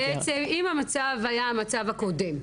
מה היה המצב הקודם?